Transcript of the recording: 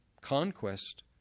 conquest